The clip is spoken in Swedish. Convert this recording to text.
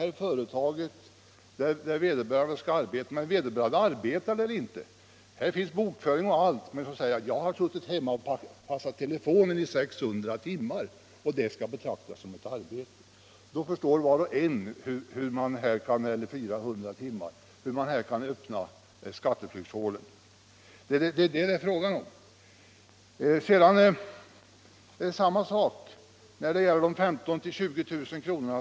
Här finns ett kontor med bokföring och allt, men vederbörande säger: Jag har suttit hemma och passat telefonen i 600 timmar, eller kanske 400 timmar, och det skall betraktas som arbete. Då förstår var och en hur man här kan öppna ett skatteflyktshål. Det är detta det är fråga om. Samma sak är det när det gäller de 15 000-20 000 kr.